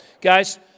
Guys